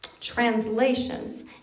translations